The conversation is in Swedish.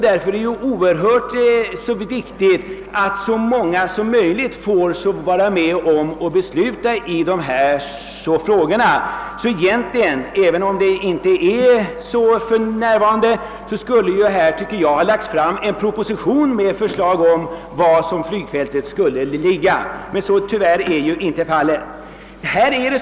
Därför är det mycket viktigt att så många som möjligt får vara med och besluta i denna fråga. Jag tycker att regeringen borde ha lagt fram en proposition med bl.a. förslag om var flygfältet skall ligga. Så har tyvärr inte skett.